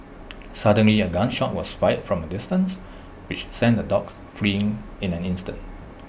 suddenly A gun shot was fired from A distance which sent the dogs fleeing in an instant